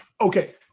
Okay